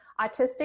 autistic